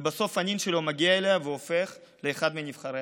ובסוף הנין שלו מגיע אליה והופך לאחד מנבחריה.